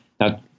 Now